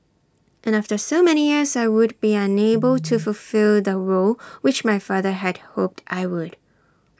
and after so many years I would be unable to fulfil the role which my father had hoped I would